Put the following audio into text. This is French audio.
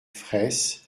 fraysse